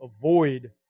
avoid